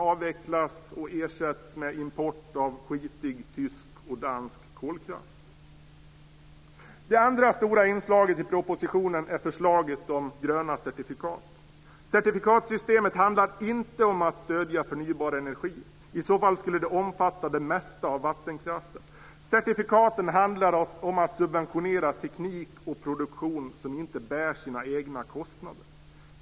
Det andra stora inslaget i propositionen är förslaget om gröna certifikat. Certifikatsystemet handlar inte om att stödja förnybar energi. I så fall skulle det omfatta det mesta av vattenkraften. Certifikaten handlar om att subventionera teknik och produktion som inte bär sina egna kostnader.